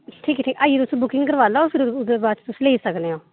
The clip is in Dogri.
ठीक ठीक आइयै तुस बुकिंग कराई लैयो ते ओह्दे बाद च तुस लेई सकने आं